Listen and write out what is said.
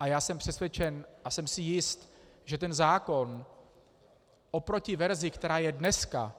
A já jsem přesvědčen a jsem si jist, že ten zákon oproti verzi, která je dneska,